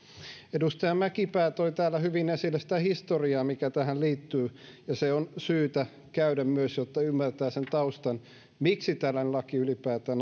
edustaja mäkipää toi täällä hyvin esille sitä historiaa mikä tähän liittyy ja se on syytä käydä myös jotta ymmärtää sen taustan miksi tällainen laki ylipäätään